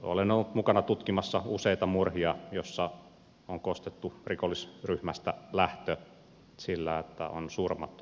olen ollut mukana tutkimassa useita murhia joissa on kostettu rikollisryhmästä lähtö sillä että on surmattu tämä henkilö